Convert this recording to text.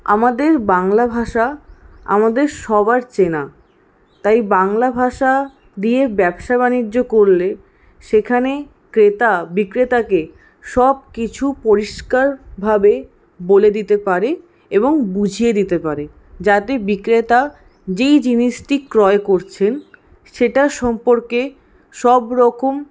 আমাদের বাংলা ভাষা আমাদের সবার চেনা তাই বাংলা ভাষা দিয়ে ব্যবসা বাণিজ্য করলে সেখানে ক্রেতা বিক্রেতাকে সব কিছু পরিষ্কারভাবে বলে দিতে পারে এবং বুঝিয়ে দিতে পারে যাতে বিক্রেতা যেই জিনিসটি ক্রয় করছেন সেটা সম্পর্কে সব রকম